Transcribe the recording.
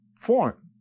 form